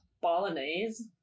bolognese